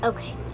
Okay